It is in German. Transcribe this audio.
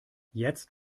jetzt